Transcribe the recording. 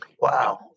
Wow